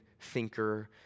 thinker